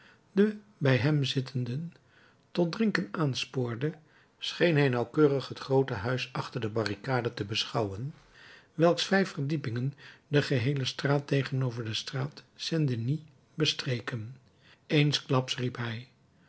de bij hem zittenden tot drinken aanspoorde scheen hij nauwkeurig het groote huis achter de barricade te beschouwen welks vijf verdiepingen de geheele straat tegenover de straat saint denis bestreken eensklaps riep hij